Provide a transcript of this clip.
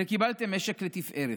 הרי קיבלתם משק לתפארת,